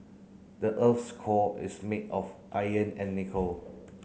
the earth's core is made of iron and nickel